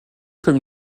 comme